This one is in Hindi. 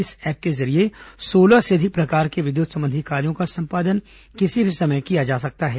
इस ऐप के जरिए सोलह से अधिक प्रकार के विद्युत संबंधी कार्यो का संपादन किसी भी समय किया जा सकता है